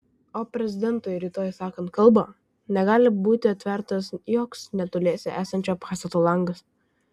o prezidentui rytoj sakant kalbą negali būti atvertas joks netoliese esančio pastato langas